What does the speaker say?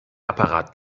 apparat